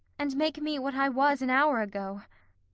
and make me what i was an hour ago!